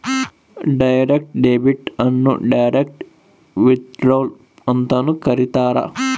direct debit ಅನ್ನು direct withdrawal ಅಂತನೂ ಕರೀತಾರ